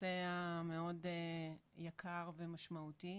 בנושא המאד יקר ומשמעותי